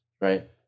right